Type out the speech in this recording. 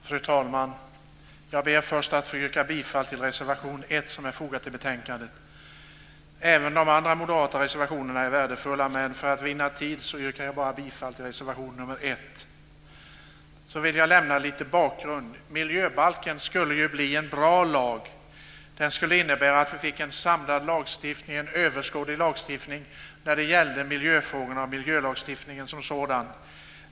Fru talman! Jag ber först att få yrka bifall till reservation nr 1 som är fogad till betänkandet. Även de andra moderata reservationerna är värdefulla, men för att vinna tid yrkar jag bifall bara till reservation nr 1. Jag vill lämna en bakgrund. Miljöbalken skulle bli en bra lag. Den skulle innebära att vi fick en samlad och överskådlig lagstiftning när det gällde miljöfrågorna och miljölagstiftningen som sådan.